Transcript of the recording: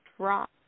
drop